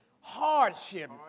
hardship